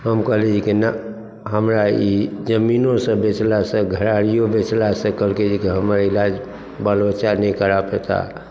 हम कहलियै जेकि नऽ हमरा ई जमीनोसभ बेचलासँ घरारियो बेचलासँ कहलकै जे कि हमर इलाज बाल बच्चा नहि करा पओता